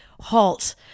halt